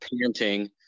panting